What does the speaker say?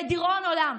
לדיראון עולם,